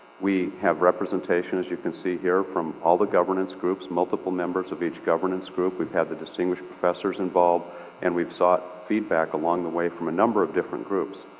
we have representation as you can see here from all the governance groups, multiple members of each governance group. we've had the distinguished professors involved and we've sought feedback along the way from a number of different groups.